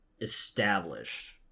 established